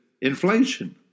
inflation